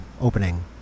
opening